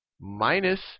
minus